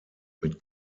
mit